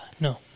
No